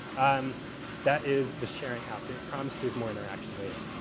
um that is the sharing app that promised there's more interaction later.